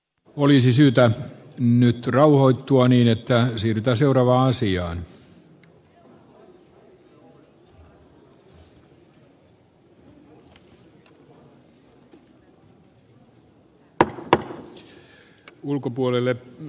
olisi syytä nyt rauhoittua niin että vähän täällä ikääntyneemmässä päässä